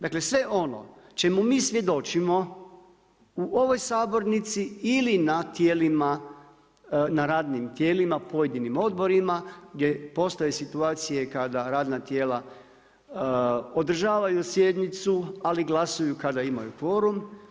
Dakle, sve ono čemu mi svjedočimo u ovoj sabornici ili na radnim tijelima, pojedinim odborima, gdje postoje situacije kada radna tijela održavaju sjednicu ali glasaju kada imaju kvorum.